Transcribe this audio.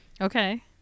Okay